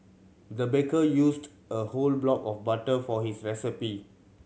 the baker used a whole block of butter for this recipe